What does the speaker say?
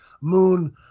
moon